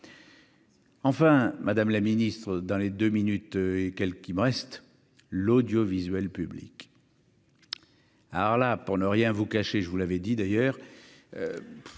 enfin, Madame la Ministre, dans les 2 minutes et quel qu'il me reste l'audiovisuel public, alors là, pour ne rien vous cacher, je vous l'avez dit, d'ailleurs,